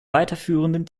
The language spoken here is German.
weiterführenden